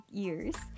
years